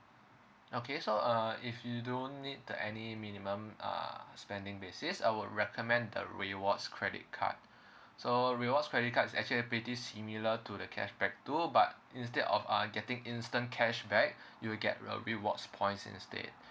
okay so uh if you don't need the any minimum uh spending basis I would recommend the rewards credit card so rewards credit card is actually pretty similar to the cashback too but instead of uh getting instant cashback you will get a rewards points instead